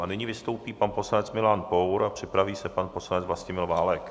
A nyní vystoupí pan poslanec Milan Pour a připraví se pan poslanec Vlastimil Válek.